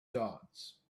dots